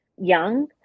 young